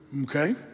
okay